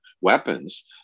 weapons